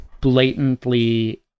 blatantly